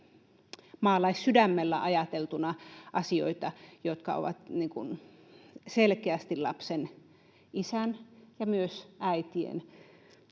maalaissydämellä ajateltuna asioita, jotka ovat selkeästi lapsen isän ja myös äitien,